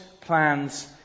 plans